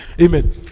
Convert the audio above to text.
Amen